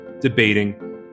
debating